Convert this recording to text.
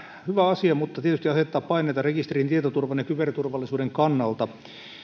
hyvä asia mutta tietysti asettaa paineita rekisterin tietoturvan ja kyberturvallisuuden kannalta